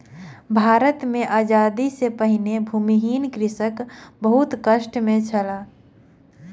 भारत मे आजादी सॅ पहिने भूमिहीन कृषक बहुत कष्ट मे छल